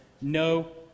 no